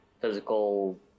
physical